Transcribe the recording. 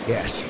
Yes